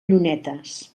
llunetes